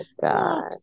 God